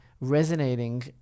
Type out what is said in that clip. resonating